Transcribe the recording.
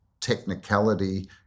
technicality